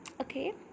Okay